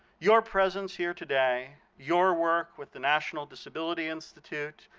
your presence here today, your work with the national disability institute,